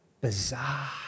bizarre